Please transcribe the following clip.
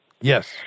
Yes